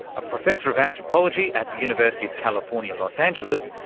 a professor of anthropology at the university of california, los angeles,